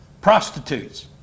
prostitutes